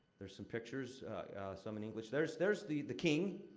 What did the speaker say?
there's some pictures some in english. there's there's the the king.